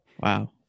Wow